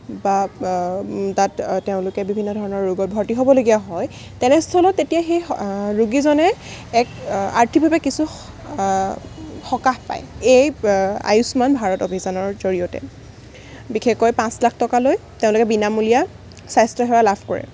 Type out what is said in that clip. বা তাত তেওঁলোকে বিভিন্ন ধৰণৰ ৰোগত ভৰ্তি হ'বলগীয়া হয় তেনেস্থলত তেতিয়া সেই ৰোগীজনে এক আৰ্থিকভাৱে কিছু সকাহ পায় এই আয়ুষ্মান ভাৰত অভিযানৰ জৰিয়তে বিশেষকৈ পাঁচলাখ টকালৈ তেওঁলোকে বিনামূলীয়া স্বাস্থ্যসেৱা লাভ কৰে